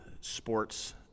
sports